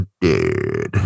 dead